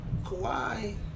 Kawhi